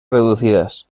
reducidas